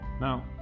now